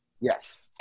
Yes